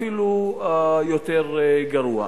אפילו יותר גרוע.